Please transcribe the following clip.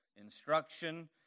instruction